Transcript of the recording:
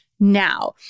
now